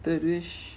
third wish